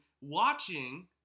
watching